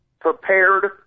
prepared